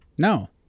No